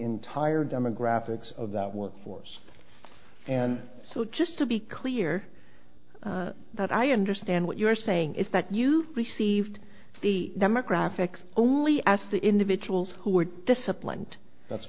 entire demographics of that work force and so just to be clear that i understand what you're saying is that you received the demographics only as the individuals who were disciplined that's